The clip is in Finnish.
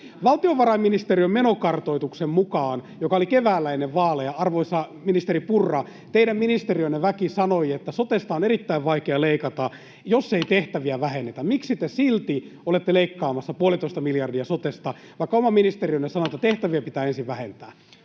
Valtiovarainministeriön menokartoituksen mukaan, joka oli keväällä ennen vaaleja, arvoisa ministeri Purra, teidän ministeriönne väki sanoi, että sotesta on erittäin vaikea leikata, jos ei tehtäviä vähennetä. Miksi te silti olette leikkaamassa puolitoista miljardia sotesta, vaikka oma ministeriönne sanoi, että tehtäviä pitää ensin vähentää?